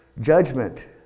judgment